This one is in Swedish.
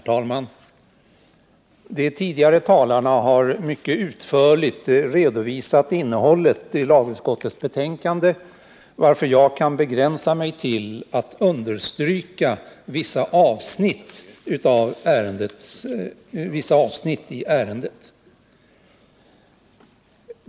Herr talman! De tidigare talarna har utförligt redovisat innehållet i lagutskottets betänkande, varför jag kan nöja mig med att understryka vissa avsnitt i ärendet.